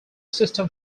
system